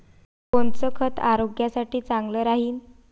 कोनचं खत आरोग्यासाठी चांगलं राहीन?